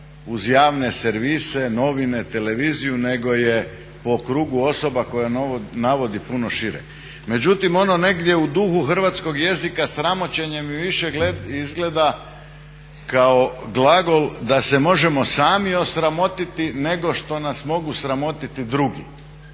uz javne servise, novine, televiziju nego je po krugu osoba koje navodi puno šire. Međutim ono negdje u duhu hrvatskog jezika sramoćenje mi više izgleda kao glagol da se možemo sami osramotiti nego što nas mogu sramotiti drugi.